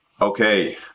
Okay